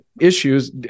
issues